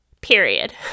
period